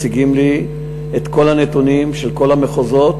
מציגים לי את כל הנתונים של כל המחוזות,